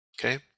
Okay